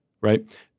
right